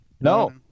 No